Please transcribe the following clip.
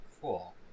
Cool